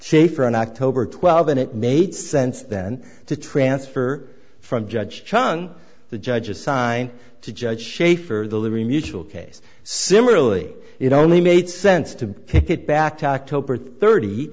shaffer on october twelfth and it made sense then to transfer from judge chung the judge assigned to judge shea for the liberty mutual case similarly it only made sense to pick it back to october thirty